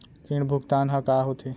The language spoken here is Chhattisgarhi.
ऋण भुगतान ह का होथे?